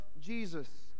Jesus